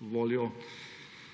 voljo